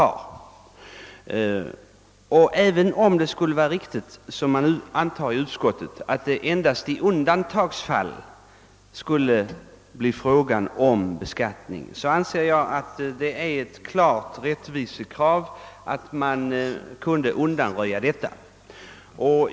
Och även om det endast i undantagsfall blir fråga om beskattning anser jag ändå att det är ett klart rättvisekrav att undanröja beskattningen.